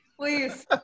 Please